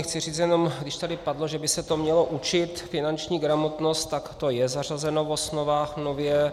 Chci říct jenom, když tady padlo, že by se to mělo učit, finanční gramotnost, tak to je zařazeno v osnovách nově.